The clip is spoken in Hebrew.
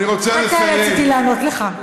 אל תאלץ אותי לענות לך.